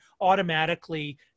automatically